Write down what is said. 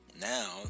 now